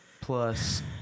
Plus